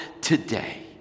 today